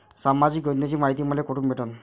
सामाजिक योजनेची मायती मले कोठून भेटनं?